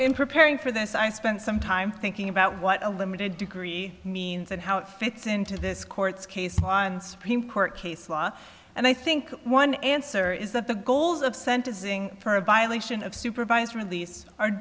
in preparing for this i spent some time thinking about what a limited degree means and how it fits into this court's case and supreme court case law and i think one answer is that the goals of sentencing for a violation of supervised release are